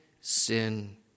sin